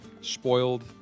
spoiled